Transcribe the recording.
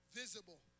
visible